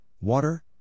water